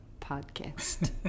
Podcast